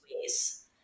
ways